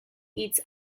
hitz